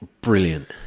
brilliant